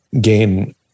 gain